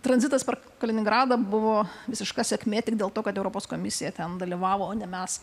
tranzitas per kaliningradą buvo visiška sėkmė tik dėl to kad europos komisija ten dalyvavo o ne mes